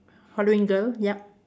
Halloween girl yup